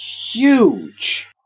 huge